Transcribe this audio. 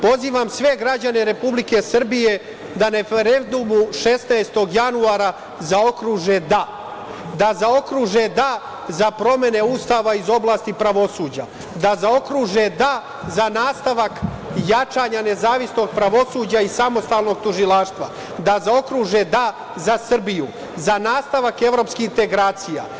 Pozivam sve građane Republike Srbije da na referendumu, 16. januara, zaokruže da, da zaokruže da za promene Ustava iz oblasti pravosuđa, da zaokruže da za nastavak jačanja nezavisnog pravosuđa i samostalnog tužilaštva, da zaokruže da za Srbiju, za nastavak evropskih integracija.